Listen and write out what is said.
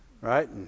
Right